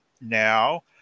now